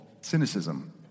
cynicism